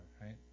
right